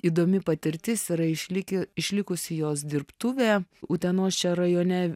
įdomi patirtis yra išlikę išlikusi jos dirbtuvė utenos čia rajone